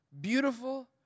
beautiful